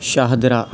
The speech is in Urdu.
شاہدرہ